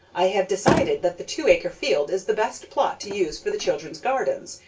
i have decided that the two-acre field is the best plot to use for the children's gardens,